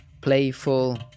playful